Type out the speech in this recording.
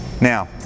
Now